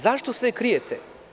Zašto sve krijete?